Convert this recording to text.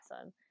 awesome